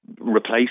replace